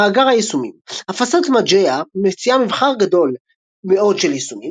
מאגר היישומים הפצת Mageia מציעה מבחר גדול מאוד של יישומים,